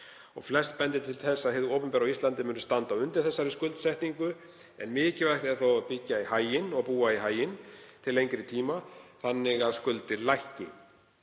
og flest bendir til þess að hið opinbera á Íslandi muni standa undir þessari skuldsetningu en mikilvægt er þó að búa í haginn til lengri tíma þannig að skuldir lækki.